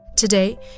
Today